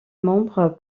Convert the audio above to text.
membres